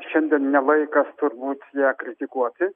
šiandien ne laikas turbūt ją kritikuoti